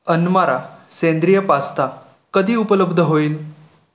अनमारा सेंद्रिय पास्ता कधी उपलब्ध होईल